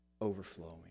overflowing